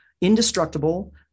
indestructible